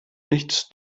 nichts